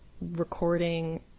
recording